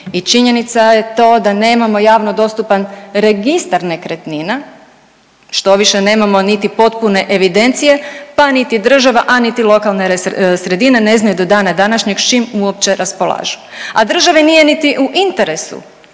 i činjenica je to da nemamo javno dostupan registar nekretnina, štoviše nemamo niti potpune evidencije pa niti država, a niti lokalne sredine ne znaju do dana današnjeg s čim uopće raspolažu. A državi nije niti u interesu